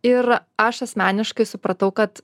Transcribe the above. ir aš asmeniškai supratau kad